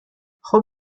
خوب